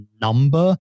number